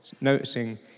noticing